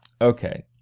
Okay